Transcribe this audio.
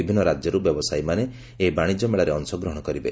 ବିଭିନୁ ରାକ୍ୟରୁ ବ୍ୟବସାୟୀମାନେ ଏହି ବାଶିଜ୍ୟ ମେଳାରେ ଅଂଶଗ୍ରହଶ କରିବେ